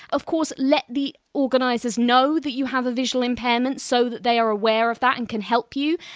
of course, let the organisers know that you have a visual impairment, so that they are aware of that and can help you.